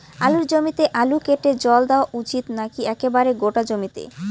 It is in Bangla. আলুর জমিতে আল কেটে জল দেওয়া উচিৎ নাকি একেবারে গোটা জমিতে?